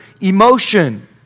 emotion